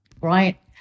right